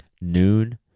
noon